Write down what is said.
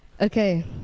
okay